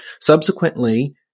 Subsequently